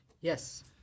Yes